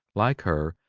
like her,